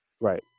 Right